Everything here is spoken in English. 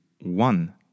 one